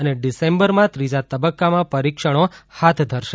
અને ડિસેમ્બરમાં ત્રીજા તબક્કામાં પરિક્ષણો હાથ ધરશે